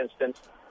instance